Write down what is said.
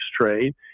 trade